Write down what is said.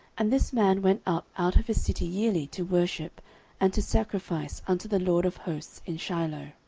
and this man went up out of his city yearly to worship and to sacrifice unto the lord of hosts in shiloh.